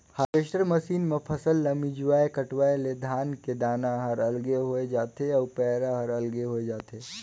harvester machine म फसल ल मिंजवाय कटवाय ले धान के दाना हर अलगे होय जाथे अउ पैरा हर अलगे होय जाथे